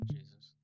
Jesus